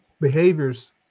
behaviors